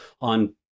on